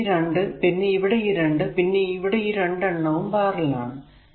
ഇവിടെ ഈ 2 പിന്നെ ഈ 2 പിന്നെ ഈ 2 എണ്ണവും പാരലൽ ആണ്